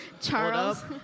Charles